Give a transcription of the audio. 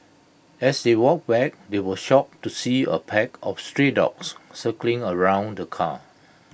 as they walked back they were shocked to see A pack of stray dogs circling around the car